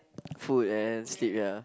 food and sleep ya